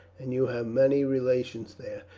and you have many relations there,